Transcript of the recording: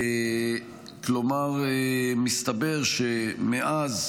כלומר מסתבר שמאז